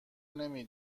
نمی